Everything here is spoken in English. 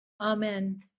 Amen